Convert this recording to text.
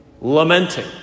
lamenting